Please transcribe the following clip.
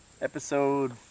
episode